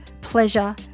pleasure